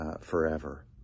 forever